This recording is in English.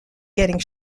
getting